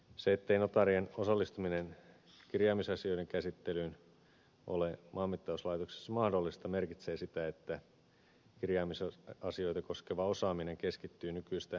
se ettei notaarien osallistuminen kirjaamisasioiden käsittelyyn ole maanmittauslaitoksessa mahdollista merkitsee sitä että kirjaamisasioita koskeva osaaminen keskittyy nykyistä harvemmalle lakimiehelle